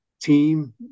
team